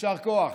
יישר כוח